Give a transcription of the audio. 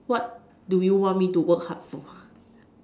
what do you want me to work hard for